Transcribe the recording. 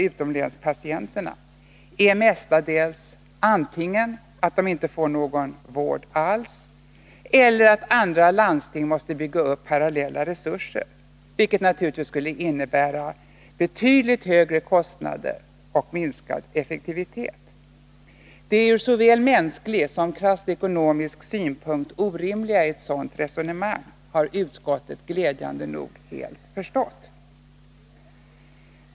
utomlänspatienterna är mestadels antingen att de inte får erforderlig vård eller att andra landsting måste bygga upp parallella resurser, vilket naturligtvis skulle innebära betydligt högre kostnader och minskad effektivitet. Det ur såväl mänsklig som krasst ekonomisk synpunkt orimliga i ett sådant resonemang har utskottet glädjande nog helt förstått.